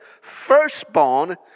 firstborn